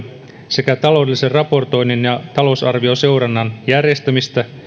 sekä taloudellisen raportoinnin ja talousarvioseurannan järjestämistä